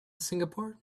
singapore